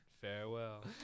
Farewell